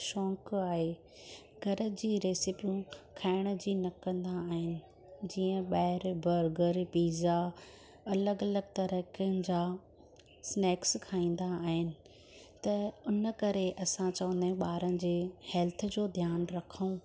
शौक़ु आहे घर जी रेसिपियूं खाइण जी न कंदा आहिनि जीअं ॿाहिरि बर्गर पिज़ा अलॻि अलॻि तरिक़नि जा स्नैक्स खाईंदा आहिनि त हुन करे असां चवंदा आहियूं ॿारनि जे हैल्थ जो ध्यानु रखूं